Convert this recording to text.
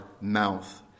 mouth